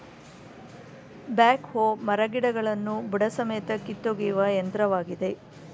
back ಹೋ ಮರಗಿಡಗಳನ್ನು ಬುಡಸಮೇತ ಕಿತ್ತೊಗೆಯುವ ಯಂತ್ರವಾಗಿದೆ